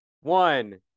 One